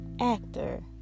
actor